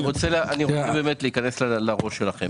חברים, תראו, אני רוצה להיכנס לראש שלכם.